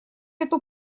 эту